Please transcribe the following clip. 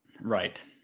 Right